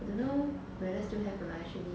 don't know whether still have anot actually